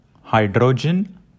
hydrogen